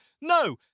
No